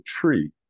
tree